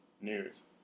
news